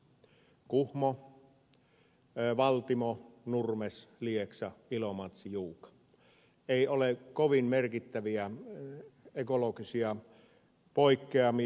kuhmo valtimo nurmes lieksa ilomantsi juuka ei ole kovin merkittäviä ekologisia poikkeamia